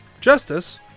Justice